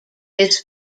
his